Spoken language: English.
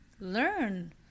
learn